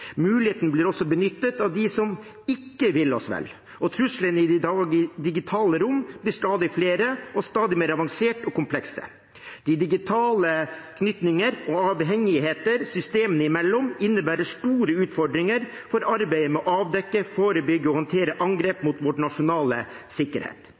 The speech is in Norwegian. blir også benyttet av dem som ikke vil oss vel, og truslene i det digitale rom blir stadig flere og stadig mer avanserte og komplekse. De digitale tilknytningene og avhengighetene systemene imellom innebærer store utfordringer for arbeidet med å avdekke, forebygge og håndtere angrep mot vår nasjonale sikkerhet.